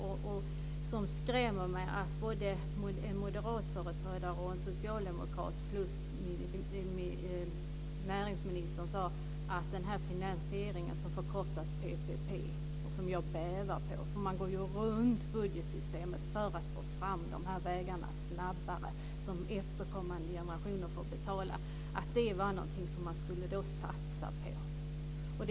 Men det skrämmer mig att såväl en moderat företrädare som en socialdemokrat och näringsministern sade att den finansiering som förkortas PPP och som jag bävar för - man går ju runt budgetsystemet för att snabbare få fram de här vägarna, något som efterkommande generationer får betala för - var något som man skulle satsa på.